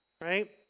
right